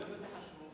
היות שזה חשוב,